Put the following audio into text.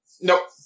Nope